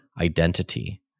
identity